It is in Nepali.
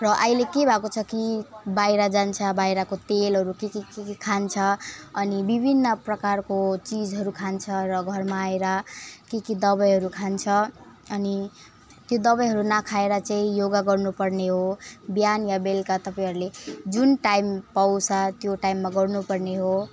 र अहिले के भएको छ कि बाहिर जान्छ बाहिरको तेलहरू के के के के खान्छ अनि विभिन्न प्रकारको चिजहरू खान्छ र घरमा आएर के के दबाईहरू खान्छ अनि त्यो दबाईहरू नाखाएर चाहिँ योगाहरू गर्नुपर्ने हो बिहान यो बेलका तपाईँहरूले जुन टाइम पाउँछ त्यो टाइममा गर्नुपर्ने हो